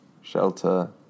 shelter